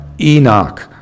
Enoch